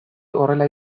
horrela